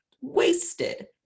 wasted